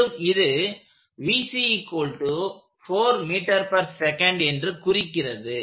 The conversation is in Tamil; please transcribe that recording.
மேலும் இது என்று குறிக்கிறது